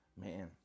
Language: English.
man